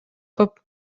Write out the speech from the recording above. көп